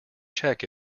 check